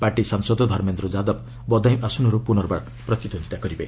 party ସାଂସଦ ଧର୍ମେନ୍ଦ୍ର ଯାଦବ ବଦାୟୁଁ ଆସନରୁ ପୁନର୍ବାର ପ୍ରତିଦ୍ୱନ୍ଦ୍ୱିତା କରିବେ